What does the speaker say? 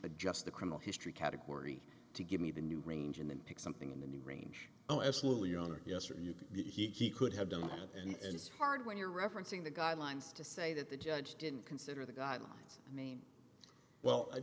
adjust the criminal history category to give me the new range and then pick something in the new range oh absolutely on a yes or no he could have done and it's hard when you're referencing the guidelines to say that the judge didn't consider the guidelines i mean well